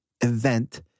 event